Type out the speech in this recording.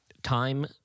time